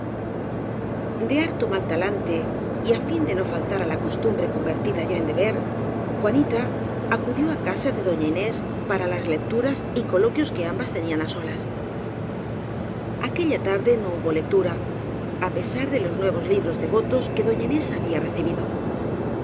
de harto mal talante y á fin de no faltar á la costumbre convertida ya en deber juanita acudió á casa de doña inés para las lecturas y coloquios que ambas tenían á solas aquella tarde no hubo lectura á pesar de los nuevos libros devotos que doña inés había